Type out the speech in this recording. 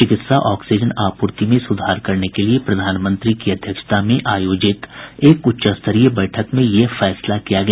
चिकित्सा ऑक्सीजन आपूर्ति में सुधार करने के लिए प्रधानमंत्री की अध्यक्षता में आयोजित एक उच्च स्तरीय बैठक में यह निर्णय लिया गया